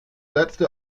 letzte